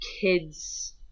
kids